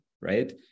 right